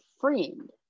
friend